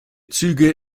züge